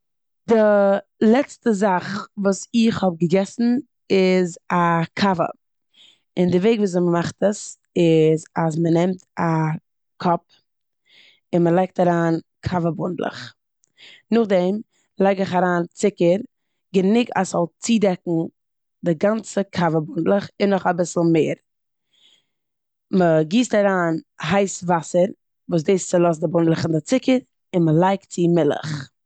די לעצטע זאך וואס איך האב געגעסן איז א קאווע. און די וועג וויאזוי מ'מאכט עס איז אז מ'נעמט א קאפ און מ'לייגט אריין קאווע בונדלעך, נאכדעם לייג איך אריין צוקער גענוג אז ס'זאל צידעקן די גאנצע קאווע בונדלעך און נאך אביסל מער. מ'גיסט אריין הייס וואסער וואס דאס צילאזט די בונדעלעך און די צוקער און מ'לייגט צו מילך.